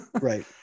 right